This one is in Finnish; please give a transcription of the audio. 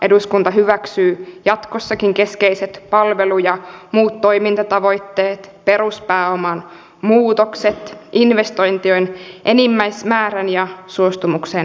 eduskunta hyväksyy jatkossakin keskeiset palvelu ja muut toimintatavoitteet peruspääoman muutokset investointien enimmäismäärän ja suostumuksen lainanottoon